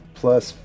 plus